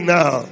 now